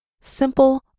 Simple